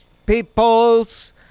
peoples